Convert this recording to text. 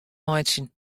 meitsjen